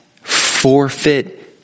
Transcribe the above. forfeit